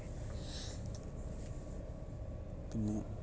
പിന്നെ